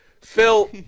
Phil